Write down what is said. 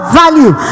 value